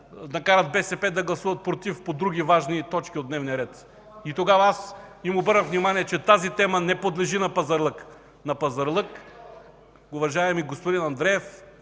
да накарат БСП да гласуват против по други важни точки от дневния ред. Тогава им обърнах внимание, че тази тема не подлежи на пазарлък. На пазарлък, уважаеми господин Андреев,